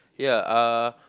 ya uh